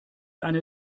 eine